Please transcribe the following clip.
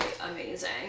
amazing